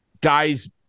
guys